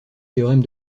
théorème